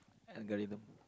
algorithm